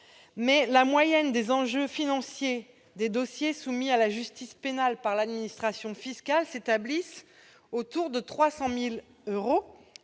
Mais la moyenne des enjeux financiers des dossiers soumis à la justice pénale par l'administration fiscale s'établissant autour de 300 000 euros